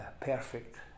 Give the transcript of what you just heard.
perfect